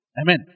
Amen